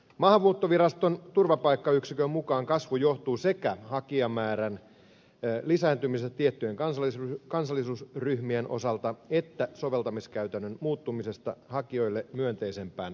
maahanmuuttoviraston turvapaikkayksikön mukaan kasvu johtuu sekä hakijamäärän lisääntymisestä tiettyjen kansallisuusryhmien osalta että soveltamiskäytännön muuttumisesta hakijoille myönteisempään suuntaan